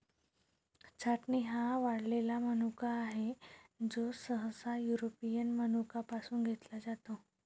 छाटणी हा वाळलेला मनुका आहे, जो सहसा युरोपियन मनुका पासून घेतला जातो